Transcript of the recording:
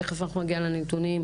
תכף נגיע לנתונים,